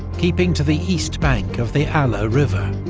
keeping to the east bank of the alle ah river.